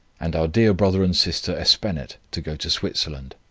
and our dear brother and sister espenett, to go to switzerland.